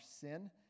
sin